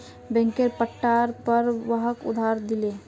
बैंकेर पट्टार पर वहाक उधार दिले